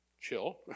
chill